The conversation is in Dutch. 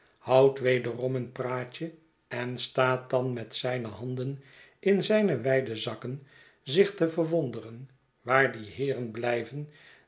houdt wederom een praatje en staat dan met zijne handen in zijne wijde zakken zich te verwonderen waar die heeren blijven